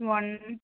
one